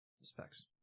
specs